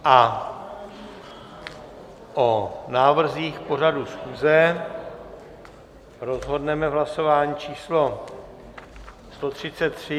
A o návrzích pořadu schůze rozhodneme v hlasování číslo sto třicet tři.